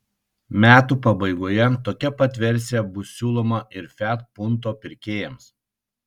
metų pabaigoje tokia pat versija bus siūloma ir fiat punto pirkėjams